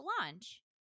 launch